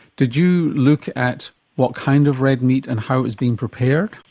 did you look at what kind of red meat and how it was being prepared?